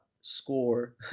score